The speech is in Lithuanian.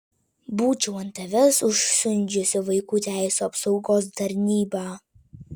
būčiau ant tavęs užsiundžiusi vaikų teisių apsaugos tarnybą